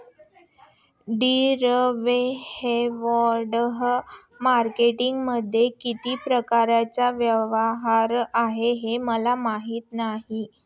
derivative मार्केटमध्ये किती प्रकारचे व्यवहार आहेत हे मला माहीत नाही